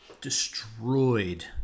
destroyed